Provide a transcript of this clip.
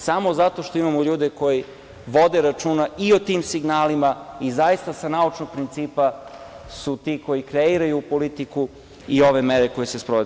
Samo zato što imamo ljude koji vode računa i o tim signalima i zaista sa naučnog principa su ti koji kreiraju politiku i ove mere koje se sprovode.